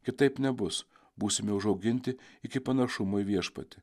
kitaip nebus būsime užauginti iki panašumo į viešpatį